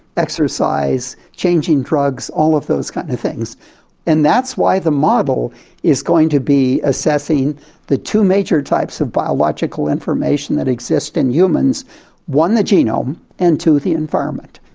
exercise, changing drugs, all of those kind of things and that's why the model is going to be assessing the two major types of biological information that exist in humans one the genome and two the environment.